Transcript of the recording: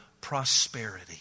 prosperity